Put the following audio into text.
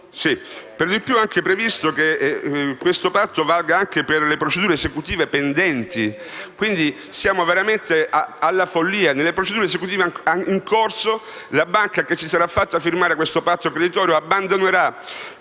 Per di più è previsto che questo patto valga anche per le procedure esecutive pendenti, quindi siamo veramente alla follia. Nelle procedure esecutive in corso, la banca che si sarà fatta firmare questo patto creditorio abbandonerà